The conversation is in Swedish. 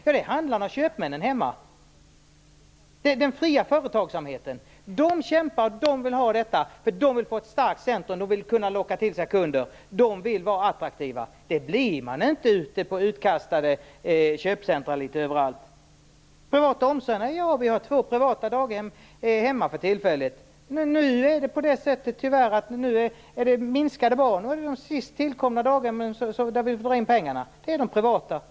Jo, det är handlarna och köpmännen; den fria företagsamheten. De kämpar och vill ha detta, därför att de vill få ett starkt centrum och vill kunna locka till sig kunder. De vill vara attraktiva. Det blir de inte om de är utkastade i köpcentrum litet överallt. Vi har för tillfället två privata daghem i min hemkommun. Tyvärr har antalet barn nu minskat, och det är då de sist tillkomna daghemmen som får pengarna indragna. Det är tyvärr de privata.